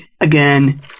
Again